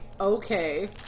okay